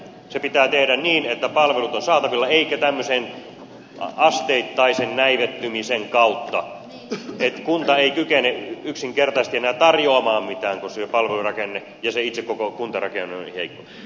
se pitää tehdä niin että palvelut ovat saatavilla eikä tämmöisen asteittaisen näivettymisen kautta että kunta ei kykene yksinkertaisesti enää tarjoamaan mitään koska se palvelurakenne ja itse se koko kuntarakenne on niin heikko